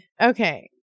Okay